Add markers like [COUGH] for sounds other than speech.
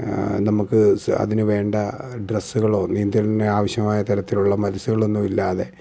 നമുക്ക് അതിനു വേണ്ട ഡ്രസ്സുകളോ നീന്തലിന് ആവശ്യമായ തരത്തിലു ള്ള [UNINTELLIGIBLE] ഇല്ലാതെ